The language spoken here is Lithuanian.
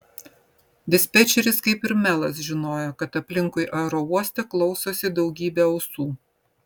dispečeris kaip ir melas žinojo kad aplinkui aerouoste klausosi daugybė ausų